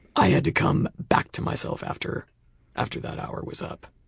i had to come back to myself after after that hour was up,